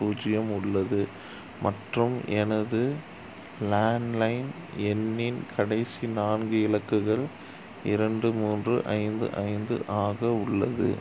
பூஜ்ஜியம் உள்ளது மற்றும் எனது லேண்ட் லைன் எண்ணின் கடைசி நான்கு இலக்குகள் இரண்டு மூன்று ஐந்து ஐந்து ஆக உள்ளது